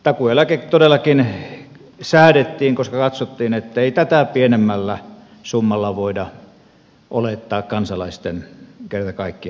takuueläke todellakin säädettiin koska katsottiin ettei tätä pienemmällä summalla voida olettaa kansalaisten kerta kaikkiaan selviävän